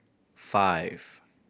five